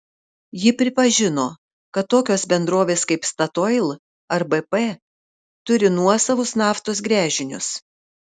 ji pripažino kad tokios bendrovės kaip statoil ar bp turi nuosavus naftos gręžinius